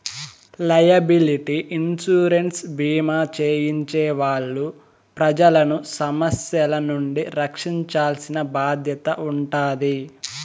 liability insurance భీమా చేయించే వాళ్ళు ప్రజలను సమస్యల నుండి రక్షించాల్సిన బాధ్యత ఉంటాది